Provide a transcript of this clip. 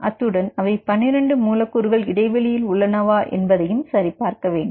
அத்துடன் அவை 12 மூலக்கூறுகள் இடைவெளியில் உள்ளனவா என்பதையும் சரி பார்க்க வேண்டும்